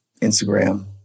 Instagram